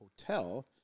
Hotel